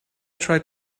tried